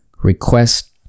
Request